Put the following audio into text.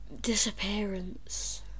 disappearance